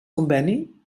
conveni